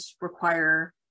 require